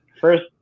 first